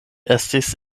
estis